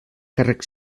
càrrec